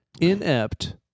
Inept